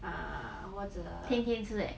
天天吃 leh